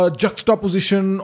juxtaposition